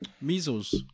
measles